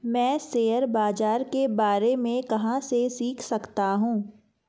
मैं शेयर बाज़ार के बारे में कहाँ से सीख सकता हूँ?